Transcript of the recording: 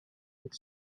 could